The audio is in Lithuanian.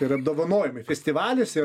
ir apdovanojimai festivaliuose